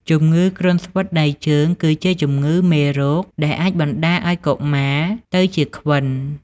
ជម្ងឺគ្រុនស្វិតដៃជើងគឺជាជំងឺមេរោគដែលអាចបណ្តាលឱ្យកុមារទៅជាខ្វិន។